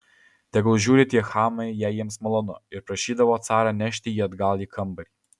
tegul žiūri tie chamai jei jiems malonu ir prašydavo carą nešti jį atgal į kambarį